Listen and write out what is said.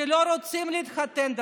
שלא רוצים להתחתן דרככם.